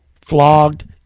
flogged